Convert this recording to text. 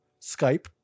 Skype